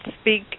speak